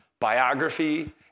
biography